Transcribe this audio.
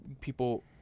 people